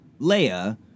Leia